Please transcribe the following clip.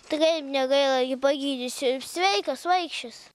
tai kaip negaila gi pagydysiu ir sveikas vaikščios